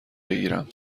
بگیرم